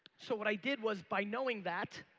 so what i did was, by knowing that,